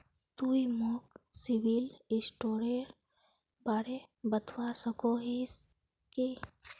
तुई मोक सिबिल स्कोरेर बारे बतवा सकोहिस कि?